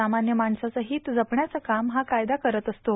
सामान्य माणसाचं हित जपण्याचं काम हा कायदा करीत असतो